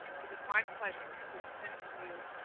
it is my pleasure to extend to you,